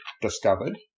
discovered